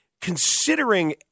considering